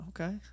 Okay